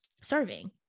serving